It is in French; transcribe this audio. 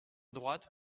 droite